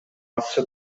акча